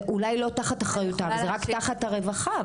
זה אולי לא תחת אחריותה אלא תחת אחריות הרווחה,